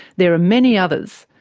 there are many others.